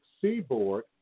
seaboard